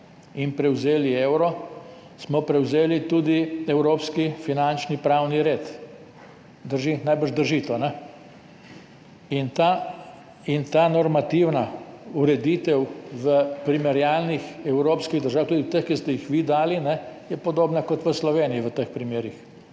in prevzeli evro, smo prevzeli tudi evropski finančni pravni red. Drži? Najbrž to drži. In ta normativna ureditev v primerjalnih evropskih državah, tudi v teh, ki ste jih vi dali, je podobna kot v Sloveniji v teh primerih.